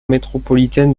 métropolitaine